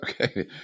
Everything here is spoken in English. Okay